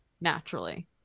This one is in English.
naturally